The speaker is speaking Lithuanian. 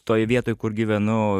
toj vietoj kur gyvenu